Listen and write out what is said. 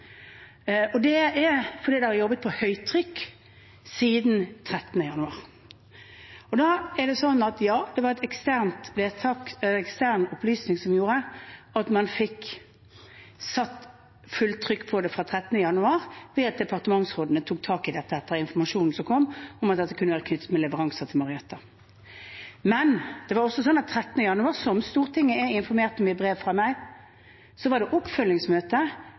er jobbet på høytrykk siden 13. januar. Ja, det var en ekstern opplysning som gjorde at man fikk satt fullt trykk på det fra 13. januar ved at departementsrådene tok tak i det etter informasjonen som kom om at dette kunne være knyttet til leveranser. Men det er også sånn at 13. januar, som Stortinget er informert om i brev fra meg, var det